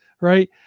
Right